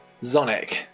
Zonic